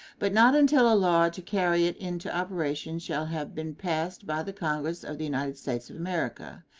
but not until a law to carry it into operation shall have been passed by the congress of the united states of america.